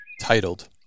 titled